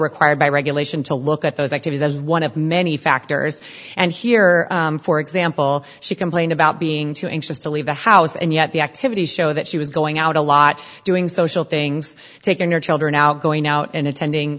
required by regulation to look at those actives as one of many factors and here for example she complained about being too anxious to leave the house and yet the activities show that she was going out a lot doing social things taking your children out going out and attending